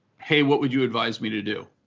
hey, what would you advise me to do.